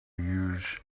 use